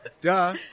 Duh